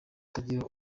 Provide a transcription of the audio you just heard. utagira